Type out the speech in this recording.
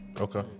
Okay